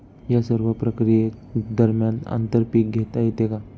या सर्व प्रक्रिये दरम्यान आंतर पीक घेता येते का?